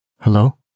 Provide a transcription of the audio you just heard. Hello